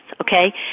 okay